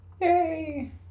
Yay